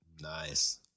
Nice